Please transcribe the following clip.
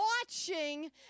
watching